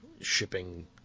shipping